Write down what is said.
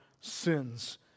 sins